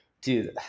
Dude